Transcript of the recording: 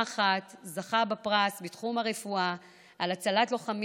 וזכה בפרס בתחום הרפואה על הצלת לוחמים